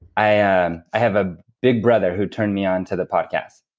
i ah um i have a big brother who turned me onto the podcast.